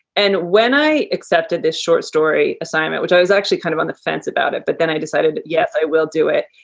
and when i accepted this short story assignment, which i was actually kind of on the fence about it, but then i decided, yes, yes, i will do it.